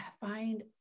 find